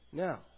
Now